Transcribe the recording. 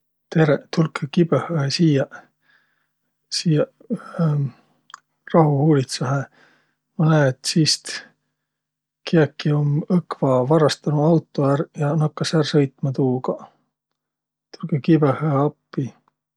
Tereq!